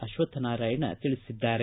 ಅಶ್ವಥನಾರಾಯಣ ತಿಳಿಸಿದ್ದಾರೆ